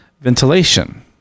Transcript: ventilation